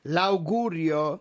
L'augurio